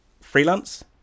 freelance